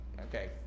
Okay